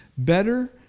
Better